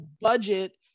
budget